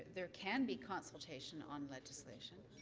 there can be consultation on legislation.